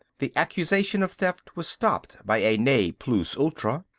the accusation of theft was stopped by a ne plus ultra.